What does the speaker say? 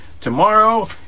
Tomorrow